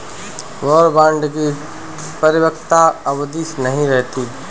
war bond की परिपक्वता अवधि नहीं रहती है